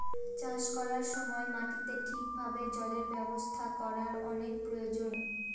চাষ করার সময় মাটিতে ঠিক ভাবে জলের ব্যবস্থা করার অনেক প্রয়োজন